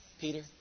Peter